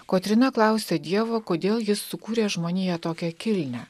kotryna klausia dievo kodėl jis sukūrė žmoniją tokią kilnią